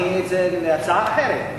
אני רוצה הצעה אחרת.